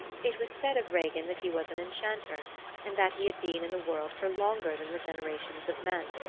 it was said of regin that he was an enchanter and that he had been in the world for longer than the generations of men.